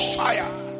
fire